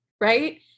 right